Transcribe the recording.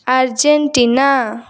Argentina